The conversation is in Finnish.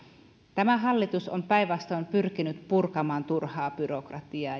tämä hallitus on päinvastoin pyrkinyt purkamaan turhaa byrokratiaa